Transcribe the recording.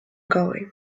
going